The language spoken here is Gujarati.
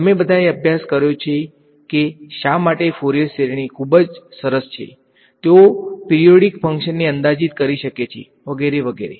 તમે બધાએ અભ્યાસ કર્યો છે કે શા માટે ફ્યુરિયર શ્રેણી ખૂબ જ સરસ છે તેઓ પીરીઓડીક ફંક્શનને અંદાજિત કરી શકે છે વગેરે વગેરે